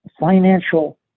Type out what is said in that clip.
financial